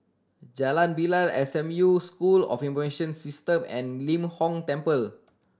Jalan Bilal S M U School of Information System and Lim Hong Temple